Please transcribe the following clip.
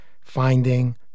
finding